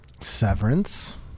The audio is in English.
Severance